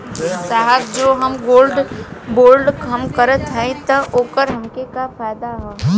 साहब जो हम गोल्ड बोंड हम करत हई त ओकर हमके का फायदा ह?